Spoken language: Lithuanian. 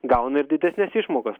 gauna ir didesnes išmokas